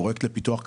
פרויקט לפיתוח כלכלי,